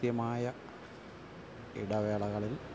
കൃത്യമായ ഇടവേളകളിൽ